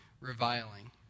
reviling